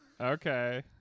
Okay